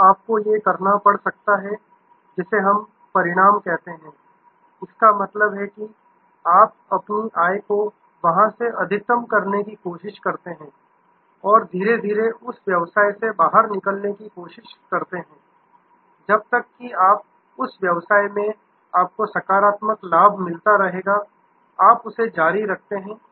फिर आपको ये करना पड़ सकता है जिसे हम परिणाम कहते हैं इसका मतलब है कि आप अपनी आय को वहां से अधिकतम करने की कोशिश करते हैं और धीरे धीरे उस व्यवसाय से बाहर निकलने की कोशिश करते हैं जब तक कि आप उस व्यवसाय में आपको सकारात्मक लाभ मिलता रहेगा आप उसे जारी रखते हैं